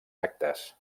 actes